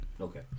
Okay